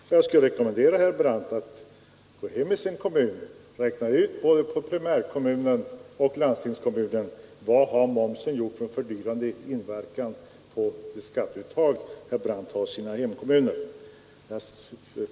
Jag vill också rekommendera herr Brandt att räkna ut hur mycket momsen har ökat skatteuttaget i herr Brandts hemkommuner — både primärkommunen och landstingskommunen.